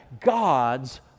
God's